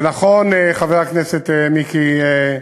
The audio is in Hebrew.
זה נכון, חבר הכנסת מיקי,